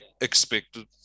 expected